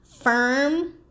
firm